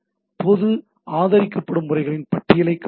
பொது ஆதரிக்கப்படும் முறைகளின் பட்டியலை காட்டுகிறது